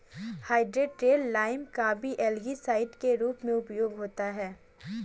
hydrated lime का भी algicide के रूप में उपयोग होता है